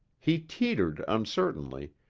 he teetered uncertainly,